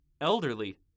elderly